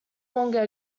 longer